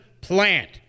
plant